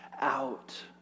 out